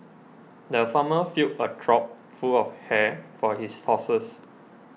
the farmer filled a trough full of hay for his horses